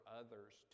others